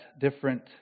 different